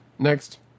next